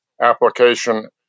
application